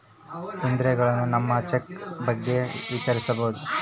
ಇದ್ರೊಳಗ ನಮ್ ಚೆಕ್ ಬಗ್ಗೆ ವಿಚಾರಿಸ್ಬೋದು